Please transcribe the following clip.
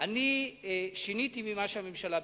אני שיניתי ממה שהממשלה ביקשה.